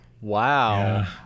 Wow